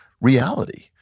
reality